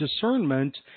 discernment